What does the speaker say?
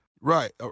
Right